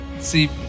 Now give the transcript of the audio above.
see